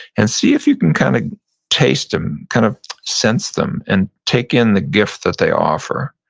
and see if you can kind of taste them, kind of sense them and take in the gift that they offer.